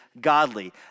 godly